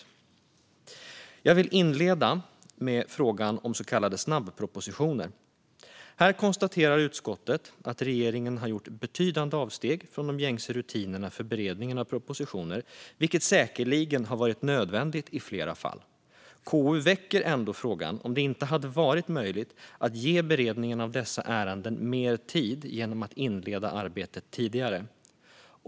Jag vill inleda med frågan om så kallade snabbpropositioner. Här konstaterar utskottet att regeringen har gjort betydande avsteg från de gängse rutinerna för beredningen av propositioner, vilket i flera fall säkerligen varit nödvändigt. KU väcker ändå frågan om det inte hade varit möjligt att ge beredningen av dessa ärenden mer tid genom att inleda arbetet tidigare.